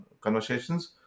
conversations